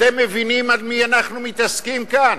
אתם מבינים עם מי אנחנו מתעסקים כאן?